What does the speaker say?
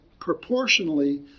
proportionally